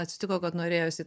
atsitiko kad norėjosi